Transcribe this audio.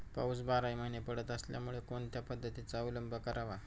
पाऊस बाराही महिने पडत असल्यामुळे कोणत्या पद्धतीचा अवलंब करावा?